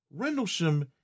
Rendlesham